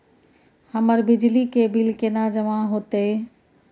हमर बिजली के बिल केना जमा होते?